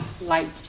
light